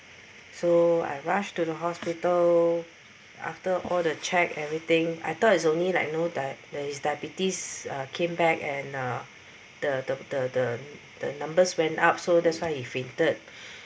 so I rushed to the hospital after all the check everything I thought is only like you know dia~ that is diabetes I came back and uh the the the the the numbers went up so that's why he fainted